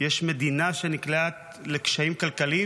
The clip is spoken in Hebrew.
יש מדינה שנקלעת לקשיים כלכליים,